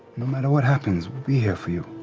no matter what happens, we'll be here for you.